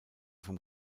vom